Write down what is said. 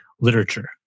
Literature